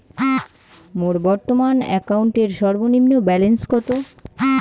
মোর বর্তমান অ্যাকাউন্টের সর্বনিম্ন ব্যালেন্স কত?